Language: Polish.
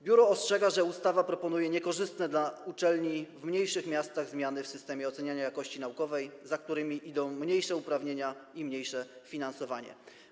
Biuro ostrzega, że ustawa proponuje niekorzystne dla uczelni w mniejszych miastach zmiany w systemie oceniania jakości naukowej, za którymi idą mniejsze uprawnienia i mniejsze finansowanie.